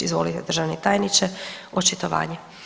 Izvolite državni tajniče, očitovanje.